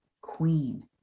queen